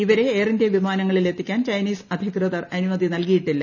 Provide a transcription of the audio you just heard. ഇവരെ Air India വിമാനങ്ങളിൽ എത്തിക്കാൻ ചൈനീസ് അധികൃതർ അനുമതി നൽകിയിട്ടില്ല